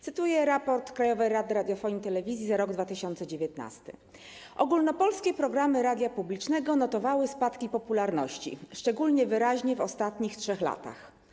Cytuję raport Krajowej Rady Radiofonii i Telewizji za rok 2019: Ogólnopolskie programy radia publicznego notowały spadki popularności, szczególnie wyraźnie w ostatnich 3 latach.